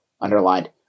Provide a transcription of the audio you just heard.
underlined